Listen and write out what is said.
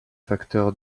facteur